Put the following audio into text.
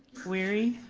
wery?